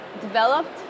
developed